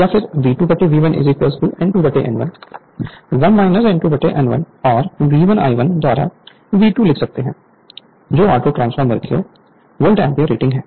Refer Slide Time 2526 या V2 V1 N2 N1 1 N2 N1 और V1 I1 द्वारा V2 लिख सकते हैं जो ऑटोट्रांसफॉर्मर की वोल्ट एम्पीयर रेटिंग है